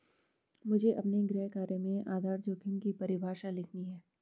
मुझे अपने गृह कार्य में आधार जोखिम की परिभाषा लिखनी है